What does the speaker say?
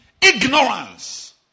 ignorance